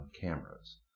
cameras